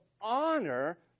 honor